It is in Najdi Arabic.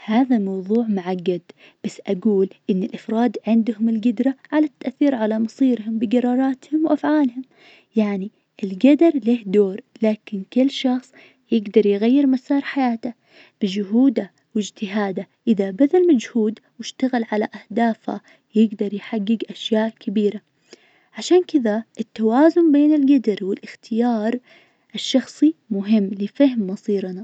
هذا الموظوع معقد بس أقول إن الأفراد عندهم القدرة على التأثير على مصيرهم بقراراتهم وأفعالهم، يعني القدر له دور لكن كل شخص يقدر يغير مسار حياته بجهوده واجتهاده إذا بذل مجهود واشتغل على أهدافه يقدر يحقق أشياء كبيرة. عشان كذا التوازن بين القدر والإختيار الشخصي مهم لفهم مصيرنا.